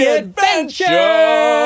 adventure